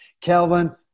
Kelvin